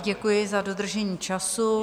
Děkuji za dodržení času.